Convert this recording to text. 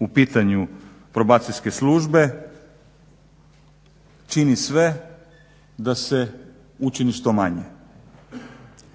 u pitanju probacijske službe čini sve da se učini što manje.